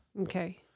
Okay